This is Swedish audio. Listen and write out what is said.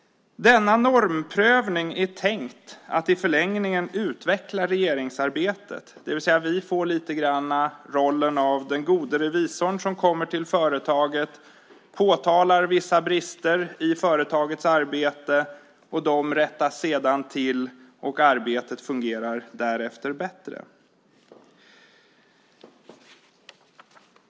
Denna normprövning är tänkt att i förlängningen utveckla regeringsarbetet. Vi får lite grann rollen av den gode revisorn som kommer till företaget och påtalar vissa brister i företagets arbete. De rättas sedan till, och arbetet fungerar därefter bättre.